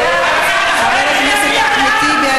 חבר הכנסת אחמד טיבי,